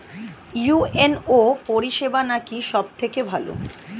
UNO পরিসেবা নাকি সব থেকে ভালো?